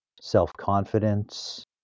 self-confidence